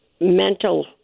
mental